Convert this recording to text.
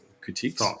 critiques